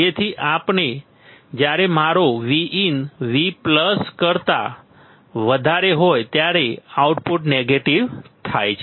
તેથી જ્યારે મારો Vin V કરતા વધારે હોય ત્યારે આઉટપુટ નેગેટિવ થાય છે